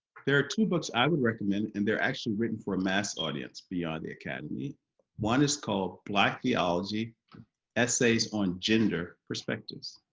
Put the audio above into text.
there are two books i would recommend and they're actually written for a mass audience beyond the academy one is called black theology essays on gender perspectives